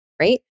right